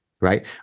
right